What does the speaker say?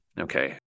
okay